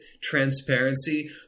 transparency